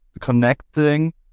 connecting